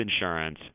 insurance